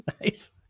Nice